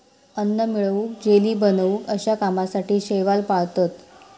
अन्न मिळवूक, जेली बनवूक अश्या कामासाठी शैवाल पाळतत